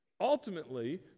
ultimately